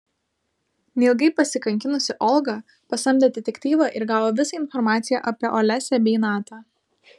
neilgai pasikankinusi olga pasamdė detektyvą ir gavo visą informaciją apie olesią bei natą